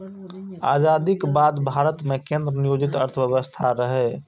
आजादीक बाद भारत मे केंद्र नियोजित अर्थव्यवस्था रहै